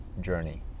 journey